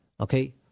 okay